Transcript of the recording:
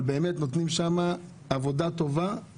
נותנים שם עבודה טובה,